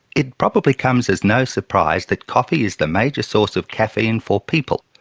it probably comes as no surprise that coffee is the major source of caffeine for people.